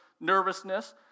nervousness